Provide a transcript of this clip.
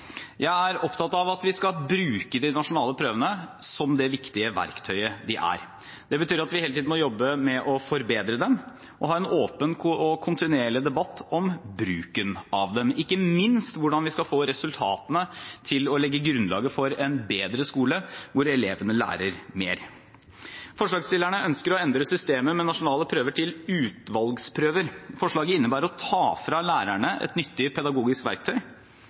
Jeg er opptatt av at vi skal bruke de nasjonale prøvene som det viktige verktøyet de er. Det betyr at vi hele tiden må jobbe med å forbedre dem og ha en åpen og kontinuerlig debatt om bruken av dem, ikke minst hvordan vi skal få resultatene til å legge grunnlaget for en bedre skole, hvor elevene lærer mer. Forslagsstillerne ønsker å endre systemet med nasjonale prøver til utvalgsprøver. Forslaget innebærer å ta fra lærerne et nyttig pedagogisk verktøy